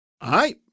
Aye